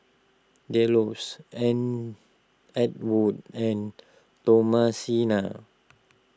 Delos An Antwon and Thomasina